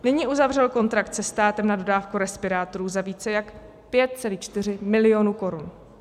Nyní uzavřel kontrakt se státem na dodávku respirátorů za více jak 5,4 milionu korun.